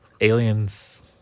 Aliens